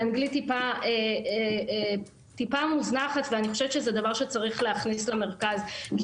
והאנגלית טיפה מוזנחת ואני חושבת שזה דבר שצריך להכניס למרכז.